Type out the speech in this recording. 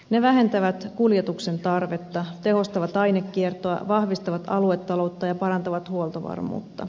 ne vähentävät kuljetuksen tarvetta tehostavat ainekiertoa vahvistavat aluetaloutta ja parantavat huoltovarmuutta